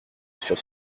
sur